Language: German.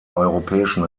europäischen